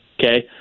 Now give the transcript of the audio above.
Okay